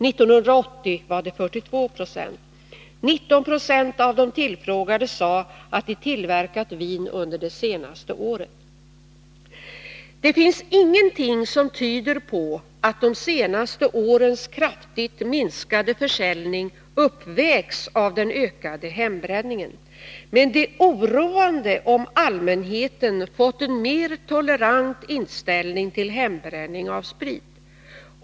1980 var det 42 96. 19 96 av de tillfrågade sade att de tillverkat vin under det senaste året. Det finns ingenting som tyder på att de senaste årens kraftigt minskade försäljning uppvägs av den ökade hembränningen. Men det är oroande om allmänheten fått en mer tolerant inställning till hembränning av sprit.